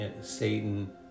Satan